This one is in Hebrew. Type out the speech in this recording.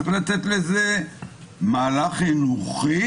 צריך להקדים לזה מהלך חינוכי,